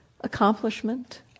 Accomplishment